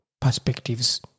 perspectives